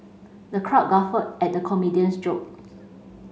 the crowd guffawed at the comedian's joke